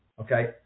okay